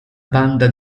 banda